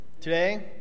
Today